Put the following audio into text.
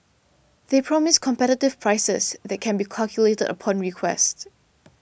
they promise competitive prices they can be calculated upon request